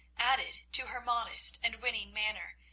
added to her modest and winning manner,